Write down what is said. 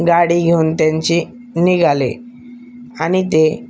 गाडी घेऊन त्यांची निघाले आणि ते